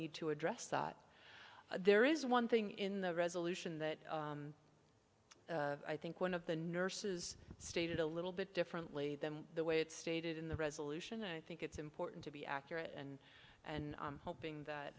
need to address that there is one thing in the resolution that i think one of the nurses stated a little bit differently than the way it's stated in the resolution and i think it's important to be accurate and and hoping that